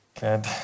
Good